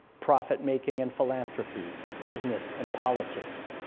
profit-making and philanthropy, business and politics,